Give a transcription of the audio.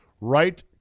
right